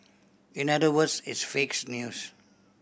in other words it's fakes news